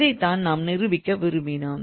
இதைத்தான் நாம் நிரூபிக்க விரும்பினோம்